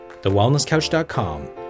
TheWellnessCouch.com